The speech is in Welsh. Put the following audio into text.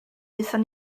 aethon